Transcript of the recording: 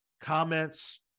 comments